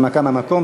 הנמקה מהמקום.